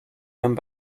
come